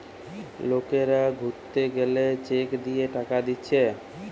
লোকরা ঘুরতে গেলে চেক দিয়ে টাকা দিচ্ছে